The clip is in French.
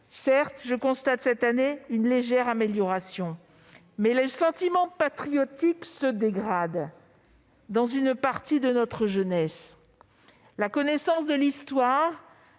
Certes, je constate, cette année, une légère amélioration, mais le sentiment patriotique se dégrade dans une partie de notre jeunesse, la connaissance de l'histoire